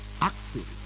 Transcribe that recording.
active